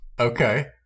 Okay